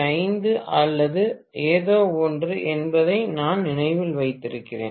5 அல்லது ஏதோ ஒன்று என்பதை நான் நினைவில் வைத்திருக்கிறேன்